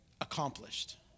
Accomplished